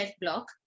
block